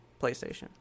PlayStation